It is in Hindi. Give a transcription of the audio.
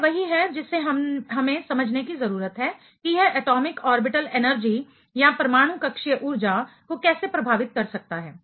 यह वही है जिसे हमें समझने की जरूरत है कि यह एटॉमिक ऑर्बिटल एनर्जी परमाणु कक्षीय ऊर्जा को कैसे प्रभावित कर सकता है